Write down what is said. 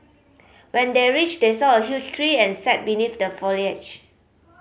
when they reached they saw a huge tree and sat beneath the foliage